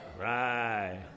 Right